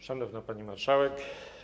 Szanowna Pani Marszałek!